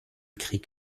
krieg